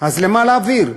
אז לְמה להעביר?